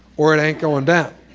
or it ain't going down,